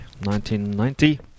1990